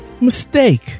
mistake